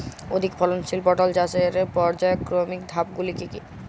অধিক ফলনশীল পটল চাষের পর্যায়ক্রমিক ধাপগুলি কি কি?